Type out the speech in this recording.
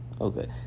Okay